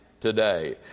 today